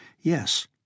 Yes